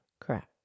Correct